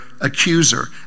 accuser